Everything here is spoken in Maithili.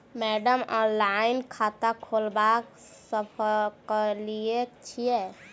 मैडम ऑनलाइन खाता खोलबा सकलिये छीयै?